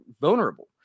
vulnerable